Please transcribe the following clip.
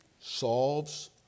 solves